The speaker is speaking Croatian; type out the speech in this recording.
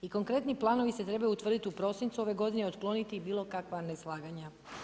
I konkretni planovi se trebaju utvrditi u prosincu ove godine i otkloniti bilo kakva neslaganja.